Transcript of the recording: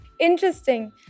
Interesting